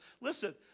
listen